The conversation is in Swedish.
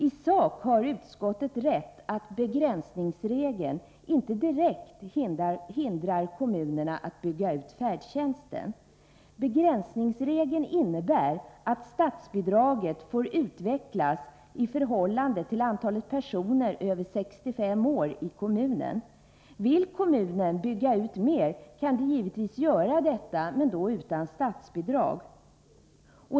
I sak har utskottet rätt i att begränsningsregeln inte direkt hindrar kommunerna att bygga ut färdtjänsten. Begränsningsregeln innebär att statsbidraget får utvecklas i förhållande till antalet personer över 65 år i kommunen. Vill kommunen bygga ut mer, kan den givetvis göra detta, men då utan statsbidrag.